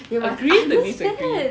agree to disagree